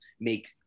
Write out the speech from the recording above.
make